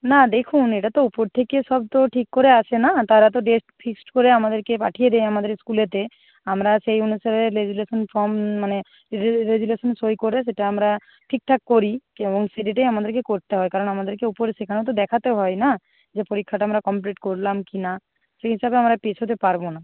না দেখুন এটা তো ওপর থেকে সব তো ঠিক করে আসে না তারা তো ডেট ফিক্সড করে আমাদেরকে পাঠিয়ে দেয় আমাদের স্কুলেতে আমরা সেই অনুসারে রেজলিউশান ফর্ম মানে রেজলিউশান সই করে সেটা আমরা ঠিকঠাক করি এবং সে ডেটেই আমাদেরকে করতে হয় কারণ আমাদেরকে উপরে সেখানেও তো দেখাতে হয় না যে পরীক্ষাটা আমরা কমপ্লিট করলাম কি না সেই হিসাবে আমরা পেছোতে পারবো না